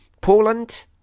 Poland